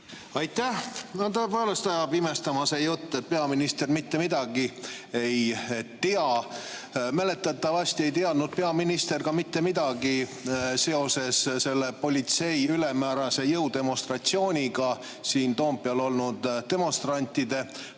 Aitäh! No tõepoolest ajab imestama see jutt, et peaminister mitte midagi ei tea. Mäletatavasti ei teadnud peaminister ka mitte midagi, kui oli politsei ülemäärase jõu demonstratsioon siin Toompeal olnud demonstrantide